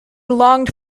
longed